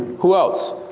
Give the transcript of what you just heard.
who else?